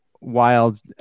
wild